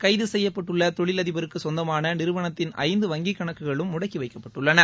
கைது செய்யப்பட்டுள்ள தொழிலதிபருக்கு சொந்தமான நிறுவனத்தின் ஐந்து வங்கிக் கணக்குகளும் முடக்கி வைக்கப்பட்டுள்ளன